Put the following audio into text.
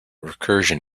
recursion